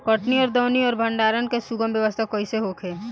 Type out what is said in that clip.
कटनी और दौनी और भंडारण के सुगम व्यवस्था कईसे होखे?